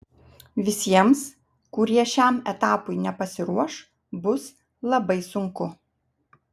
visiems kurie šiam etapui nepasiruoš bus labai sunku